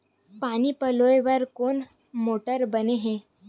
पानी पलोय बर कोन मोटर बने हे?